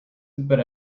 but